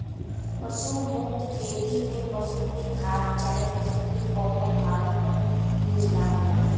पशु मुक्त खेती में पशु के खाद चाहे पशु के कउनो भाग क यूज ना होला